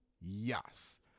Yes